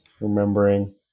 remembering